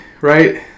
right